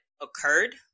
occurred